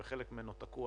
וחלק ממנו תקוע,